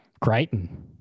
Crichton